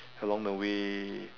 along the way